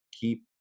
keep